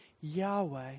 Yahweh